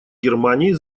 германии